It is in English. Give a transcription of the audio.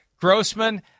Grossman